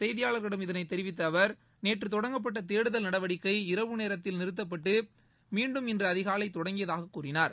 செய்தியாளர்களிடம் இதனைத் தெரிவித்த அவர் நேற்று தொடங்கப்பட்ட தேடுதல் நடவடிக்கை இரவு நேரத்தில் நிறுத்தப்பட்டு மீன்டும் இன்று அதிகாலை தொடங்கியதாக கூறினார்